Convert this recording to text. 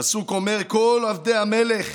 הפסוק אומר: "וכל עבדי המלך